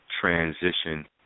transition